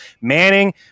Manning